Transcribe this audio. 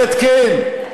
אומרת: כן,